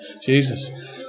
Jesus